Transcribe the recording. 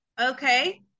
okay